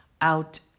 out